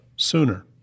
sooner